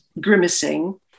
grimacing